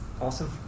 awesome